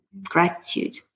gratitude